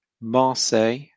Marseille